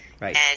right